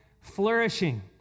flourishing